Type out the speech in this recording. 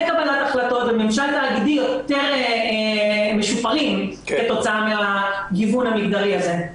קבלת החלטות וממשל תאגידי יותר משופרים כתוצאה מהגיוון המגדרי הזה.